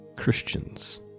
Christians